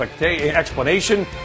explanation